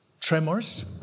tremors